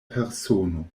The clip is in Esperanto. persono